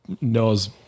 Knows